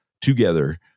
together